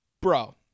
bro